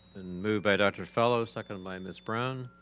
and move by dr. fellow, second by ms. brown.